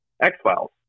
X-Files